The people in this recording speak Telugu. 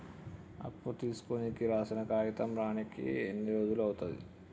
అప్పు తీసుకోనికి రాసిన కాగితం రానీకి ఎన్ని రోజులు అవుతది?